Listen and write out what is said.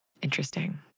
Interesting